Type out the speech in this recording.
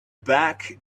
back